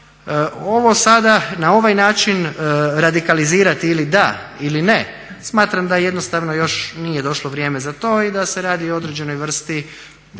Ovo sada na ovaj način radikalizirati ili da ili ne, smatram da jednostavno još nije došlo vrijeme za to i da se radi o određenoj vrsti, ajde